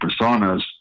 personas